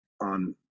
on